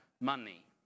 money